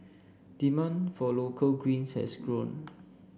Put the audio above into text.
demand for local greens has grown